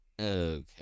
okay